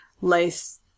lace